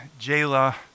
Jayla